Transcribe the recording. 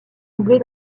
doublées